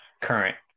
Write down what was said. Current